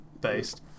based